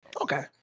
okay